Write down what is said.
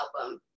album